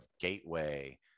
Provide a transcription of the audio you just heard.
Gateway